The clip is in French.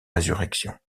résurrection